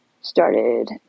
started